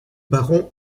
baron